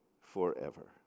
forever